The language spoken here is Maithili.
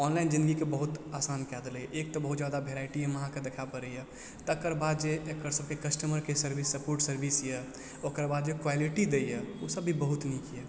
ऑनलाइन जिन्दगीके बहुत आसान कए देलक एक तऽ बहुत जादा वेरायटी अइमे अहाँके देखाइ पड़ैया तकरबाद जे एकर सबके कस्टमरके सर्विस सपोर्ट सर्विस यऽ ओकरबाद जे क्वालिटी दै यऽ उ सब भी बहुत नीक यऽ